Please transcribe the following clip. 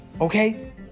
Okay